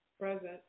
Present